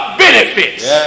benefits